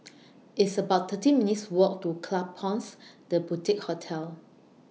It's about thirteen minutes' Walk to Klapsons The Boutique Hotel